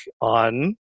on